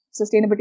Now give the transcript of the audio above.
sustainability